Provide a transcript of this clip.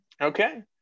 Okay